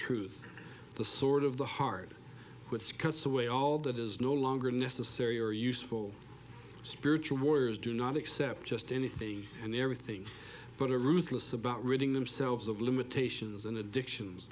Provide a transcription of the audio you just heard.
truth the sort of the heart which cuts away all that is no longer necessary or useful spiritual warriors do not accept just anything and everything but are ruthless about ridding themselves of limitations and addictions